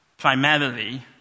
primarily